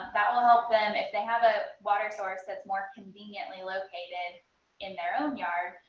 um that will help them if they have a water source, that s more conveniently located in their own yard,